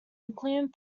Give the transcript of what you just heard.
including